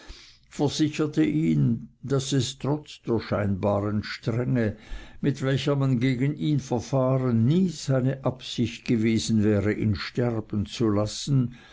versicherte ihn daß es trotz der scheinbaren strenge mit welcher man gegen ihn verfahren nie seine absicht gewesen wäre ihn sterben zu lassen